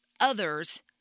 others